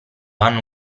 hanno